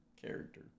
character